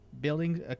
building